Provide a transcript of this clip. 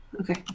Okay